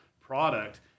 product